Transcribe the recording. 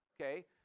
Okay